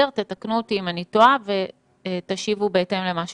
תקנו אותי אם אני טועה ותשיבו בהתאם למה שקורה.